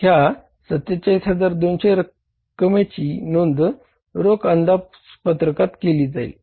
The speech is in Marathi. ह्या 47200 रक्कमीची नोंद रोख अंदाजपत्रकात केली जाईल